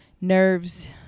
nerves